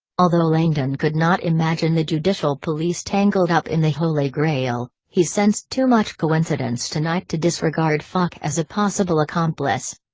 although langdon could not imagine the judicial police tangled up in the holy grail, he sensed too much coincidence tonight to disregard fache as a possible accomplice.